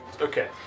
Okay